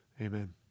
Amen